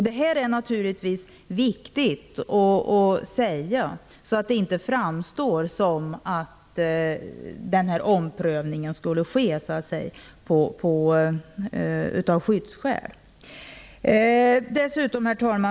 Detta är naturligtvis viktigt att säga så att det inte framstår som om den här omprövningen skulle ske av skyddsskäl. Herr talman!